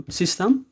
system